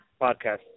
podcast